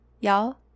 Y'all